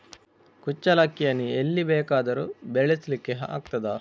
ಕುಚ್ಚಲಕ್ಕಿಯನ್ನು ಎಲ್ಲಿ ಬೇಕಾದರೂ ಬೆಳೆಸ್ಲಿಕ್ಕೆ ಆಗ್ತದ?